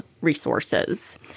resources